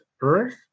earth